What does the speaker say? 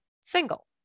single